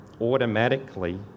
automatically